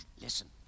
listen